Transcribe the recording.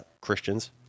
Christians